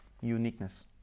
uniqueness